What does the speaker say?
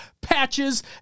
patches